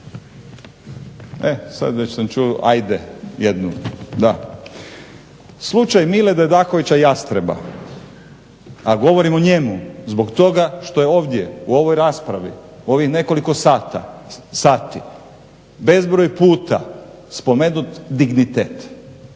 E sad već sam čuo ajde jednu, da. Slučaj Mile Dedakovića – Jastreba, a govorim o njemu zbog toga što je ovdje u ovoj raspravi u ovih nekoliko sati bezbroj puta spomenut dignitet.